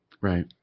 right